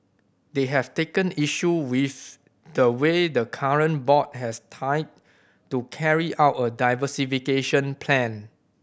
they have taken issue with the way the current board has tied to carry out a diversification plan